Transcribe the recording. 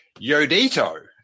Yodito